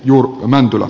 juha mäntylä